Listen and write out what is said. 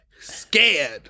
scared